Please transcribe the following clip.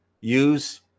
use